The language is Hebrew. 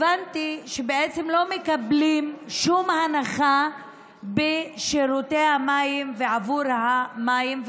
הבנתי שבעצם לא מקבלים שום הנחה בשירותי המים ועבור המים.